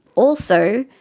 also,